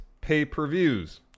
pay-per-views